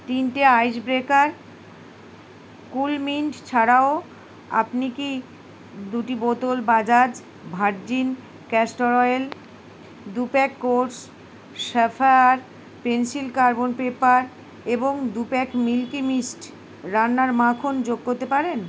তিনটে ice breaker coolmint ছাড়াও আপনি কি দুটি বোতল বাজাজ ভার্জিন ক্যাস্টর অয়েল দু pack course sapphire pencil carbon paper এবং দু প্যাক মিল্কি মিস্ট রান্নার মাখন যোগ করতে পারেন